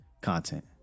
content